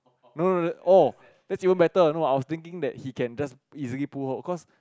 no no oh that's even better no I was thinking that he can just easily put off cause